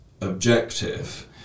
objective